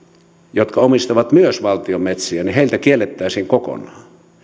jotka omistavat myös valtion metsiä kiellettäisiin kokonaan